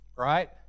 Right